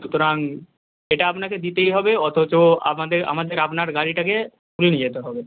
সুতরাং এটা আপনাকে দিতেই হবে অথচ আমাদের আমাদের আপনার গাড়িটাকে তুলে নিয়ে যেতে হবে